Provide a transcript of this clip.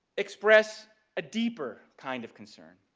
express a deeper kind of concern